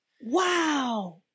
Wow